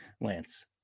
Lance